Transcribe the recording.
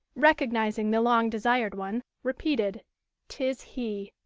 recognizing the long-desired one, repeated tis he!